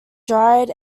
dried